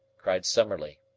cried summerlee.